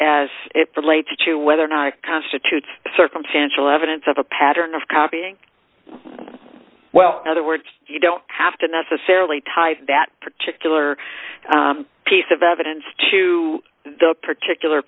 as it relates to whether or not it constitutes circumstantial evidence of a pattern of copying well other words you don't have to necessarily tie that particular piece of evidence to the particular